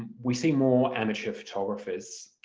we see more amateur photographers.